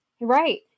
right